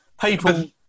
people